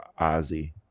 Ozzy